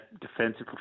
defensive